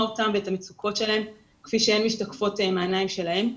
אותם ואת המצוקות שלהם כפי שהן משתקפות מהעיניים שלהם.